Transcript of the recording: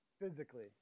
physically